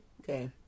Okay